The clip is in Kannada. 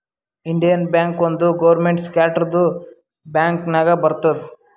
ಇಂಡಿಯನ್ ಬ್ಯಾಂಕ್ ಒಂದ್ ಗೌರ್ಮೆಂಟ್ ಸೆಕ್ಟರ್ದು ಬ್ಯಾಂಕ್ ನಾಗ್ ಬರ್ತುದ್